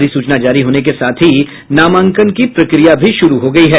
अधिसूचना जारी होने के साथ ही नामांकन की प्रक्रिया भी शुरू हो गयी है